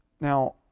Now